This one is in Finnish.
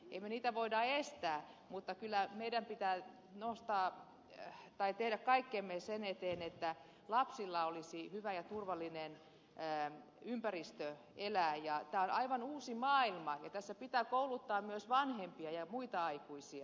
emme me voi niitä estää mutta kyllä meidän pitää tehdä kaikkemme sen eteen että lapsilla olisi hyvä ja turvallinen ympäristö elää ja tämä on aivan uusi maailma ja tässä pitää kouluttaa myös vanhempia ja muita aikuisia